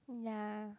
ya